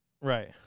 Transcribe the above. Right